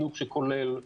חינוך שכולל מסעות,